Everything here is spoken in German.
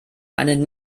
einen